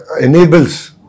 enables